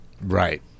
Right